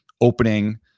opening